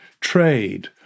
trade